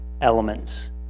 elements